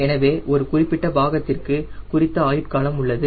எனவே ஒரு குறிப்பிட்ட பாகத்திற்கு குறித்த ஆயுட்காலம் உள்ளது